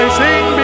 sing